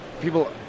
people